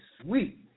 sweet